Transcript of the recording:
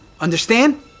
Understand